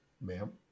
ma'am